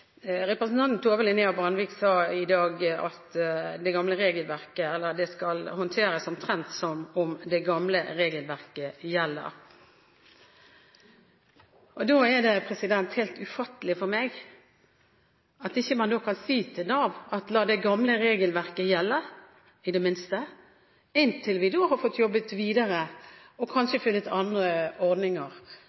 Representanten Tove Linnea Brandvik sa i dag at det skal håndteres omtrent som om det gamle regelverket gjelder. Da er det helt ufattelig for meg at man ikke kan si til Nav at de skal la det gamle regelverket gjelde, i det minste inntil vi har fått jobbet videre og kanskje funnet andre ordninger